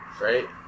right